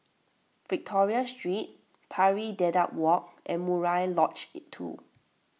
Victoria Street Pari Dedap Walk and Murai Lodge two